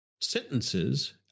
sentences